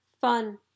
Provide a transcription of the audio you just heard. fun